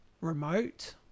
remote